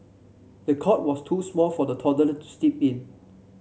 the cot was too small for the toddler to sleep in